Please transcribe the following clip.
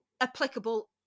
applicable